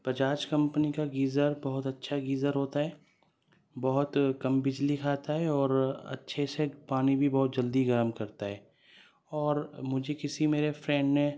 Bajaj company کا geyser بہت اچھا گیزر ہوتا ہے بہت کم بجلی کھاتا ہے اور اچھے سے پانی بھی بہت جلدی گرم کرتا ہے اور مجھے کسی میرے فرینڈ نے